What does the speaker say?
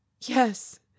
yes